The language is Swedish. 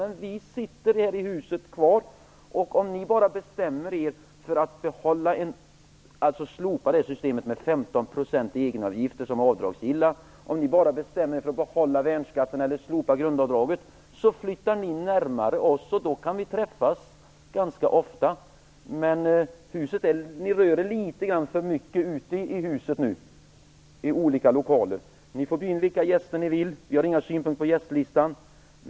Men vi sitter kvar i huset, och om ni bara bestämmer er för att slopa systemet med 15 % i egenavgifter som är avdragsgilla, om ni bara bestämmer er för att behålla värnskatten eller slopa grundavdraget, så flyttar ni närmare oss, och då kan vi träffas ganska ofta. Ni rör er litet grand för mycket i olika lokaler ute i huset nu. Ni får bjuda in vilka gäster ni vill. Vi har inga synpunkter på gästlistan.